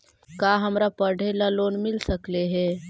का हमरा पढ़े ल लोन मिल सकले हे?